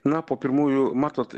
na po pirmųjų matot